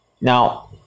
Now